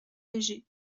léger